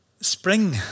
Spring